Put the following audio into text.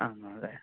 आं महोदय